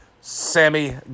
Sammy